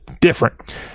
different